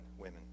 women